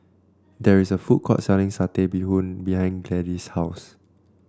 there is a food court selling Satay Bee Hoon behind Gladys' house